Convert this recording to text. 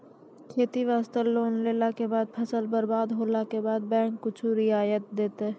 खेती वास्ते लोन लेला के बाद फसल बर्बाद होला के बाद बैंक कुछ रियायत देतै?